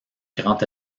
grand